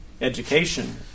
education